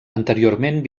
anteriorment